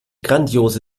grandiose